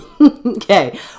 Okay